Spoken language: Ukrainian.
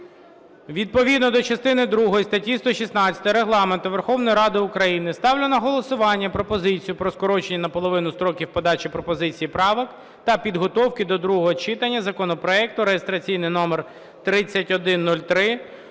Відповідно до частини другої статті 116 Регламенту Верховної Ради України ставлю на голосування пропозицію про скорочення наполовину строків подачі пропозицій, правок та підготовки до другого читання законопроекту (реєстраційний номер 3103)